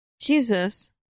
Jesus